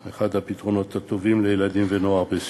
זה אחד הפתרונות הטובים לילדים ונוער בסיכון.